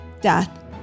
death